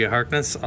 Harkness